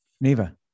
Neva